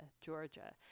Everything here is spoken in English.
Georgia